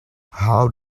how